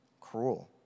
Cruel